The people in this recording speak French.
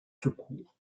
secours